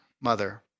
mother